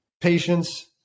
patience